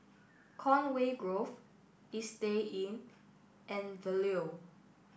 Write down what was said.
Conway Grove Istay Inn and The Leo